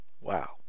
Wow